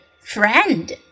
Friend